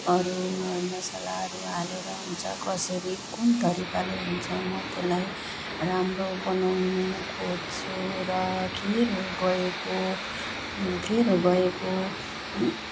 अरू मर मसालाहरू हालेर हुन्छ कसरी कुन तरिकाले हुन्छ म त्यसलाई राम्रो बनाउनु खोज्छु र खेर गएको खेर गएको